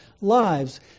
lives